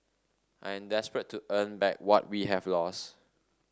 I am desperate to earn back what we have lost